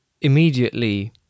immediately